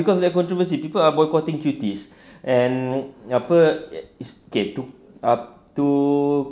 cause they're controversy people are boycotting cuties and apa okay ah to